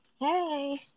Hey